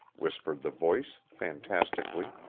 whispered the voice, fantastically.